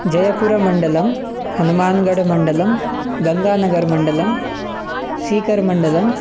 जयपुरमण्डलं हनुमानगड्मण्डलं गङ्गानगर्मण्डलं सीकर्मण्डलं